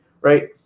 right